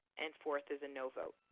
and forth is a no vote.